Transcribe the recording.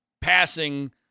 passing –